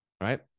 right